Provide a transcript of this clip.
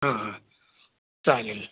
हां हां चालेल